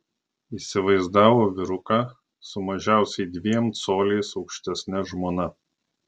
įsivaizdavo vyruką su mažiausiai dviem coliais aukštesne žmona